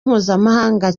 mpuzamahanga